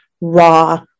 raw